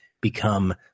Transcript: become